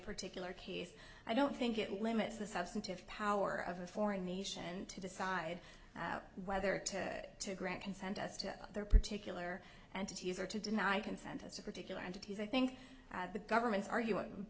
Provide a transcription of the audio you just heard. particular case i don't think it limits the substantive power of a foreign nation to decide whether to grant consent as to their particular and to use or to deny consent as a particular entities i think the government's arguing